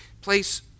place